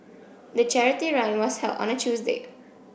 the charity run was held on a Tuesday